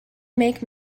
make